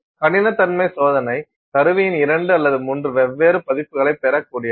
கடினத்தன்மை சோதனை கருவியின் இரண்டு அல்லது மூன்று வெவ்வேறு பதிப்புகளைப் பெறக்கூடியது